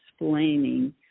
explaining